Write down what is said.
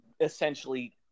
essentially